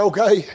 Okay